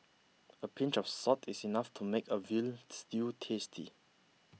a pinch of salt is enough to make a Veal Stew tasty